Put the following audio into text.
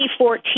2014